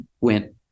went